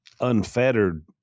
unfettered